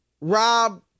Rob